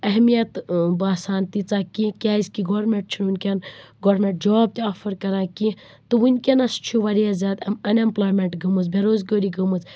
اہمیت باسان تیٖژاہ کیٚنٛہہ کیٛازِکہ گورمیٚنٛٹ چھُ وُنکیٚن گورمیٚنٛٹ جاب تہِ آفَر کران کیٚنٛہہ تہٕ وُنکیٚنَس چھِ واریاہ زیادٕ اَن ایٚمپُلایمیٚنٹ گٔمٕژ بےٚروزگٲری گٔمٕژ